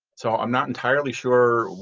so i'm not entirely sure